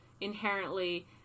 inherently